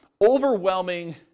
overwhelming